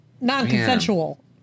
Non-consensual